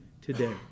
today